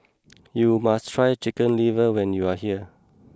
you must try Chicken Liver when you are here